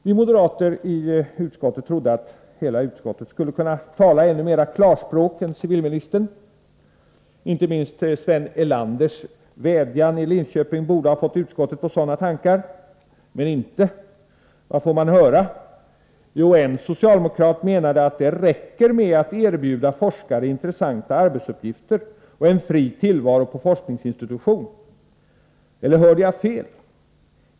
Vi moderater i utskottet trodde att hela utskottet skulle kunna tala ä ännu mera klarspråk än civilministern, och inte minst Sven Erlanders vädjan i Linköping borde ha fått utskottet på sådana tankar. Men icke! Vadfår man höra? Jo;:en socialdemokrat.menade att det räcker med att erbjuda forskare intressanta arbetsuppgifter och en. fri tillvaro, på en, forskningsinstitution, Eller hörde jag fel?